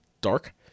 Dark